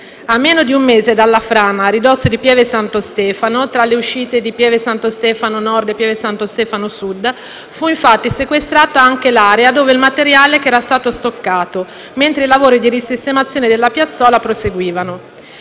a meno di un mese dalla frana, a ridosso di Pieve Santo Stefano (tra le uscite Pieve Santo Stefano Nord e Pieve Santo Stefano Sud), fu infatti sequestrata anche l'area dove il materiale era stato stoccato, mentre i lavori di risistemazione della piazzola proseguivano.